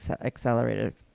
accelerated